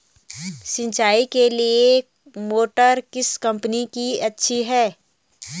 सिंचाई के लिए मोटर किस कंपनी की अच्छी है?